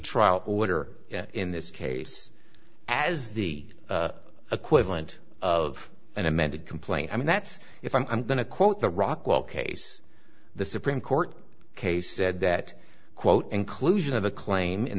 trial order in this case as the equivalent of an amended complaint i mean that's if i'm going to quote the rockwell case the supreme court case said that quote inclusion of a claim